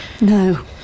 No